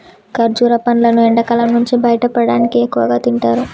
ఖర్జుర పండ్లును ఎండకాలం నుంచి బయటపడటానికి ఎక్కువగా తింటారు